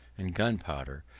and gunpowder,